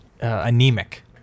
anemic